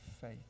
faith